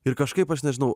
ir kažkaip aš nežinau